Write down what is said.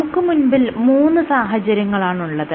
നമുക്ക് മുൻപിൽ മൂന്ന് സാഹചര്യങ്ങളാണ് ഉള്ളത്